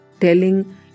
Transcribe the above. telling